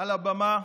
על הבמה,